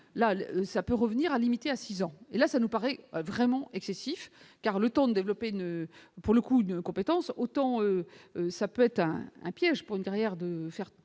là ça peut revenir à limiter à 6 ans et là, ça nous paraît vraiment excessif car le temps développer ne pour le coup, d'incompétence, autant ça peut être un piège pour une carrière de faire